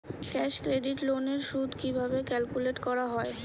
Cash credit loan এর সুদ কিভাবে ক্যালকুলেট করা হয়?